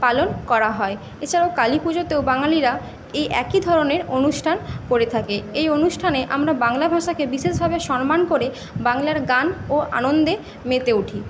পালন করা হয় এছাড়াও কালী পুজোতেও বাঙালিরা এই একই ধরনের অনুষ্ঠান করে থাকে এই অনুষ্ঠানে আমরা বাংলা ভাষাকে বিশেষভাবে সম্মান করে বাংলার গান ও আনন্দে মেতে উঠি